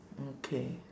okay